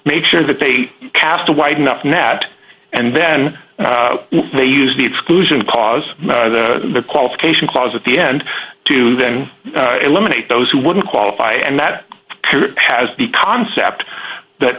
make sure that they cast a wide enough net and then they use the exclusion cause the qualification clause at the end to then eliminate those who wouldn't qualify and that has the concept that